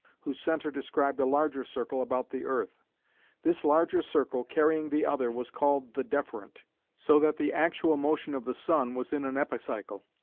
whose centre described a larger circle about the earth this larger circle carrying the other was called the deferent so that the actual motion of the sun was in an epicycle.